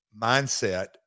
mindset